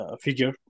figure